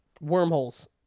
wormholes